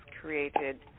created